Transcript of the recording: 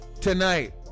tonight